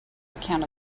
account